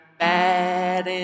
bad